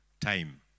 time